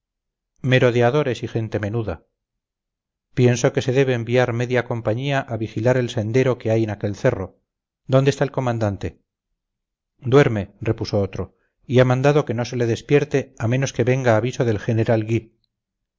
cíbicas merodeadores y gente menuda pienso que se debe enviar media compañía a vigilar el sendero que hay en aquel cerro dónde está el comandante duerme repuso otro y ha mandado que no se le despierte a menos que venga aviso del general